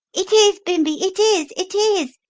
it is bimbi it is it is!